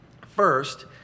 First